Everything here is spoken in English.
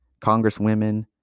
congresswomen